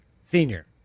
Senior